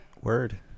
Word